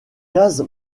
case